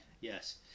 yes